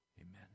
Amen